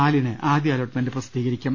നാലിന് ആദ്യ അലോട്ട്മെന്റ് പ്രസിദ്ധീകരിക്കും